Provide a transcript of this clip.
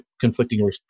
conflicting